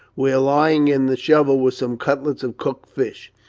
where lying in the shovel were some cutlets of cooked fish.